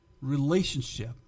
relationship